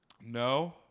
No